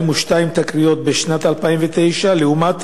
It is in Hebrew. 42 תקריות בשנת 2009 לעומת